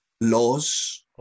laws